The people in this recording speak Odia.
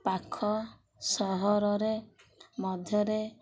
ପାଖ ସହରରେ ମଧ୍ୟରେ